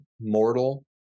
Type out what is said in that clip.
mortal